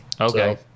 okay